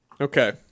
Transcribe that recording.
Okay